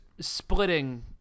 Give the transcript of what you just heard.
splitting